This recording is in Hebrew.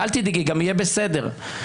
ואל תדאגי, יהיה בסדר.